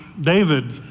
David